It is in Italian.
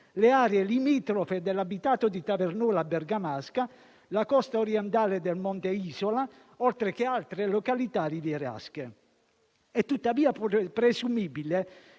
le aree limitrofe dell'abitato di Tavernola Bergamasca, la costa orientale del monte Isola, oltre ad altre località rivierasche. È tuttavia presumibile